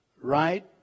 Right